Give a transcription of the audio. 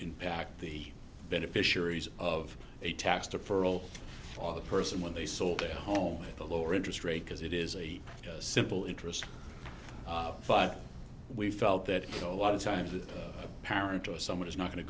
impact the beneficiaries of a tax deferral on the person when they sold the home with a lower interest rate because it is a simple interest but we felt that you know a lot of times the parent or someone is not going to